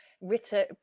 written